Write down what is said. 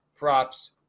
props